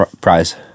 prize